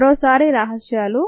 మరోసారి రహస్యాలు